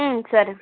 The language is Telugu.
సరే